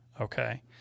Okay